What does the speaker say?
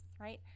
right